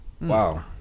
wow